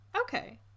Okay